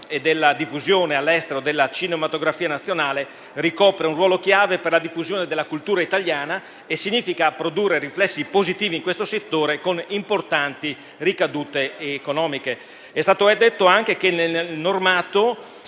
e la diffusione all'estero della cinematografia nazionale - come è stato detto - ricopre un ruolo chiave per la diffusione della cultura italiana e significa produrre riflessi positivi in questo settore, con importanti ricadute economiche. È stato detto anche che nel normato